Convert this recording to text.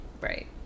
Right